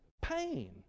pain